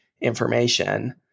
information